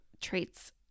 traits –